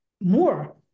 more